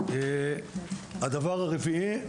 דבר רביעי,